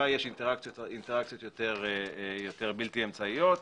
בה יש אינטראקציות בלתי אמצעיות.